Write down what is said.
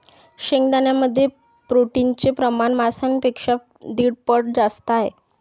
शेंगदाण्यांमध्ये प्रोटीनचे प्रमाण मांसापेक्षा दीड पट जास्त आहे